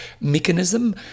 mechanism